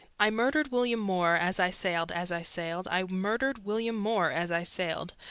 i murdered william moore, as i sailed, as i sailed, i murdered william moore as i sailed,